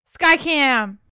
Skycam